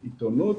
בעתונות,